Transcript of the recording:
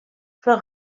für